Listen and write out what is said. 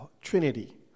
Trinity